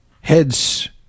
heads